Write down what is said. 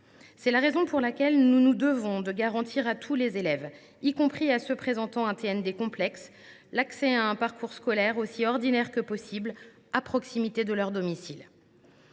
C’est la raison pour laquelle nous nous devons de garantir à tous les élèves, y compris à ceux qui présentent un TND complexe, l’accès à un parcours scolaire aussi ordinaire que possible, à proximité de leur domicile.